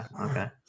Okay